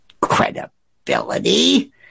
credibility